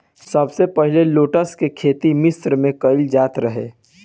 सबसे पहिले लेट्स के खेती मिश्र में कईल जात रहे